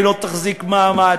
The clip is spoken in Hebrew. היא לא תחזיק מעמד.